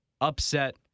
upset